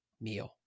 meal